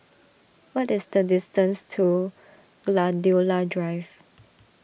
what is the distance to Gladiola Drive